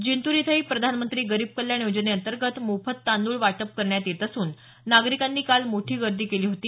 जिंतूर इथंही प्रधानमंत्री गरीब कल्याण योजनेअंतर्गत मोफत तांदुळ वाटप करण्यात येत असून नागरिकांनी काल मोठी गर्दी केली होती